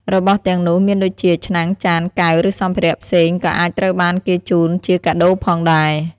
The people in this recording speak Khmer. របស់ទាំងនោះមានដូចជា ឆ្នាំង ចាន កែវ ឬសម្ភារៈផ្សេង ក៏អាចត្រូវបានគេជូនជាកាដូផងដែរ ។